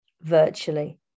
virtually